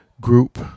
group